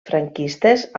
franquistes